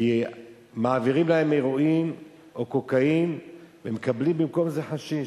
כי מעבירים להם הירואין או קוקאין ומקבלים במקום זה חשיש,